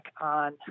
on